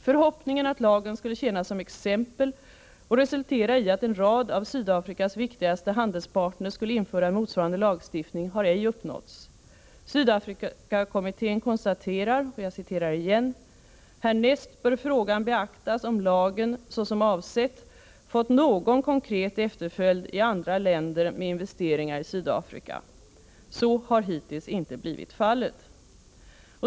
Förhoppningen att lagen skulle tjäna som exempel och resultera i att en rad av Sydafrikas viktigaste handelspartner skulle införa en motsvarande lagstiftning har ej uppnåtts. Sydafrikakommittén konstaterar följande: ”Härnäst bör frågan beaktas om lagen, såsom avsetts, fått någon konkret efterföljd i andra länder med investeringar i Sydafrika. Så har inte hitintills blivit fallet”.